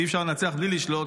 אי-אפשר לנצח בלי לשלוט,